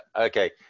okay